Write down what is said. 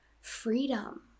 freedom